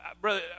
Brother